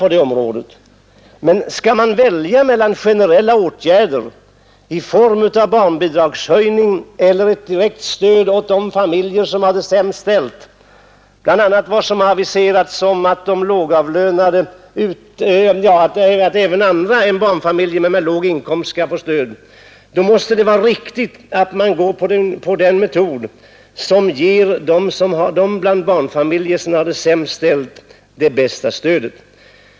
Men om man skall välja mellan generella åtgärder i form av barnbidragshöjning och direkt stöd åt de familjer som har det sämst ställt — det har ju också aviserats att andra lågavlönade än barnfamiljer skall få stöd — så måste det vara riktigt att tillämpa en metod som ger de barnfamiljer som har det sämst ställt det bästa stödet.